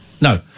No